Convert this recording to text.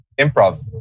improv